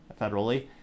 federally